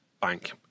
bank